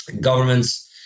governments